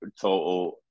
total